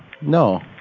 No